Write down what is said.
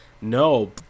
no